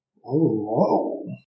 Whoa